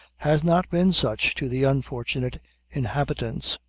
has not been such to the unfortunate inhabitants.